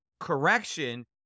Correction